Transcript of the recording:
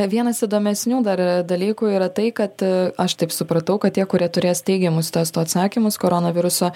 vienas įdomesnių dar dalykų yra tai kad aš taip supratau kad tie kurie turės teigiamus testo atsakymus koronaviruso